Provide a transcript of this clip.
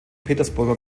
petersburger